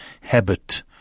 habit